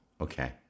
Okay